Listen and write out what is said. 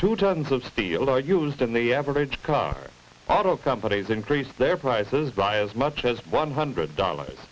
two terms of steel are used in the average car lot of companies increase their prices by as much as one hundred dollars